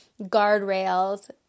guardrails